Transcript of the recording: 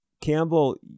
Campbell